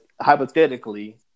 hypothetically